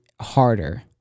harder